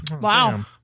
Wow